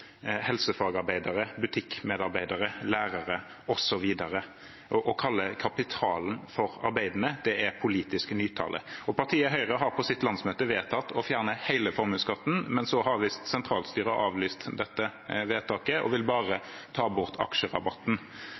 helsefagarbeidere, butikkmedarbeidere, lærere osv. Å kalle kapitalen for arbeidende, er politisk nytale. Partiet Høyre har på sitt landsmøte vedtatt å fjerne hele formuesskatten. Men så har visst sentralstyret avlyst dette vedtaket og vil bare ta bort aksjerabatten.